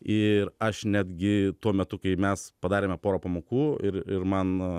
ir aš netgi tuo metu kai mes padarėme porą pamokų ir ir man